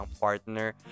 partner